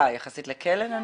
יחסית לכלא נניח?